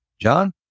John